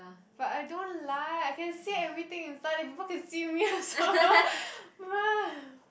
but I don't like I can see everything inside then people can see me also